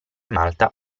malta